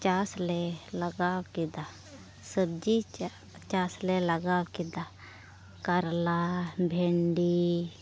ᱪᱟᱥ ᱞᱮ ᱞᱟᱜᱟᱣ ᱠᱮᱫᱟ ᱥᱚᱵᱽᱡᱤ ᱪᱟᱥ ᱞᱮ ᱞᱟᱜᱟᱣ ᱠᱮᱫᱟ ᱠᱟᱨᱞᱟ ᱵᱷᱮᱱᱰᱤ